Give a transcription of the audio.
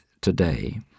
today